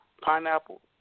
pineapple